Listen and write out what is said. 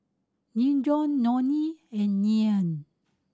Dejon Nonie and Ryann